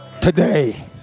today